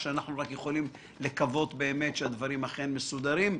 אנחנו רק יכולים לקוות שהדברים אכן מסודרים.